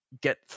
get